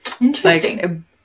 Interesting